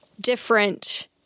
different